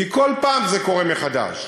כי כל פעם זה קורה מחדש,